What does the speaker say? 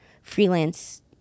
freelance